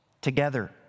together